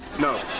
No